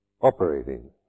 operating